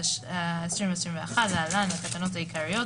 התשפ"א-2021 (להלן התקנות העיריות),